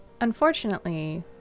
Unfortunately